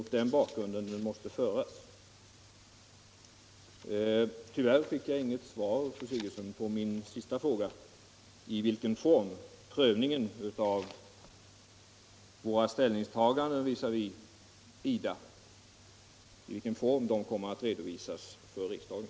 Tyvärr fick jag inget svar av fru Sigurdsen på min sista fråga, i vilken form prövningen av våra ställningstaganden visavi IDA kommer att redovisas för riksdagen.